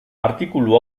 artikulu